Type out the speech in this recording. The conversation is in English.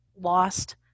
lost